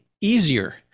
easier